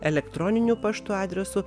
elektroniniu paštu adresu